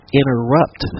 interrupt